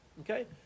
okay